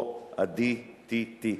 או ה-DTT.